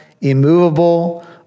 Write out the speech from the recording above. immovable